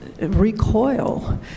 recoil